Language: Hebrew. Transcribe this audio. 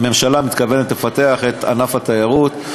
הממשלה מתכוונת לפתח את ענף התיירות.